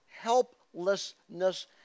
helplessness